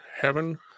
heaven